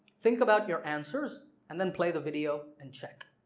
think about your answers and then play the video and check.